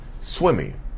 swimming